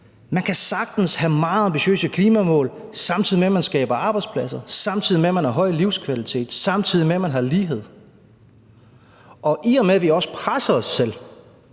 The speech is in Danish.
at man sagtens kan have meget ambitiøse klimamål, samtidig med at man skaber arbejdspladser, samtidig med at man har høj livskvalitet, samtidig med at man har lighed. Og i og med at vi også presser os selv,